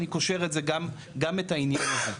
אני קושר גם את העניין הזה.